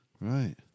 Right